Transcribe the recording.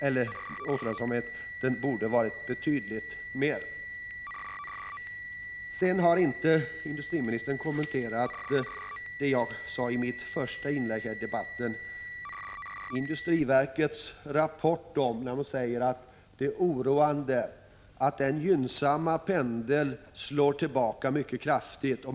Industriministern har inte kommenterat det som jag sade om industriverkets rapport i mitt första inlägg i debatten. I denna rapport sägs att det är oroande att från den tidigare gynnsamma utvecklingen slår pendeln nu tillbaka, åt fel håll, mycket kraftigt.